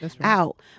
out